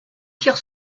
tire